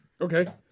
Okay